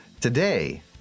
Today